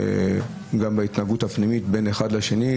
גם בהתנהגות הפנימית בין אחד לשני,